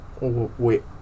Wait